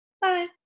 Bye